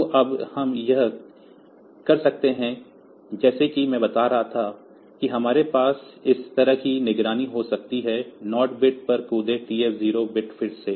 तो अब हम यह कर सकते हैं जैसा कि मैं बता रहा था कि हमारे पास इस तरह की निगरानी हो सकती है नॉट बिट पर कूदें TF0 फिर से